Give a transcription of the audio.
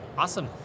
Awesome